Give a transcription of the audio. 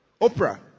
Oprah